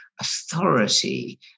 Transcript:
authority